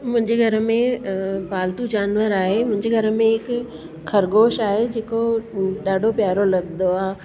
मुंहिंजे घर में अ पालतू जानवर आहे मुंहिंजे घर में हिकु खरगोश आहे जेको ॾाढो प्यारो लॻंदो आहे